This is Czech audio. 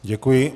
Děkuji.